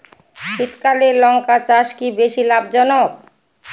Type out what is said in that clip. শীতকালে লঙ্কা চাষ কি বেশী লাভজনক?